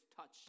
touch